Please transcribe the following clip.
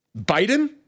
Biden